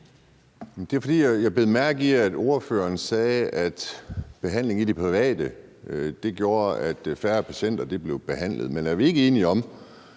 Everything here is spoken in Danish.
Andersen (NB): Jeg bed mærke i, at ordføreren sagde, at behandlingen i det private gjorde, at færre patienter blev behandlet. Så påstanden fra